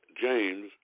james